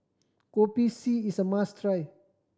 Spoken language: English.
Kopi C is a must try